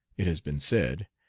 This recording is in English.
it has been said,